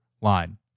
line